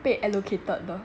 被 allocated 的